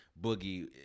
Boogie